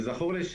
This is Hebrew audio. וזכור לי,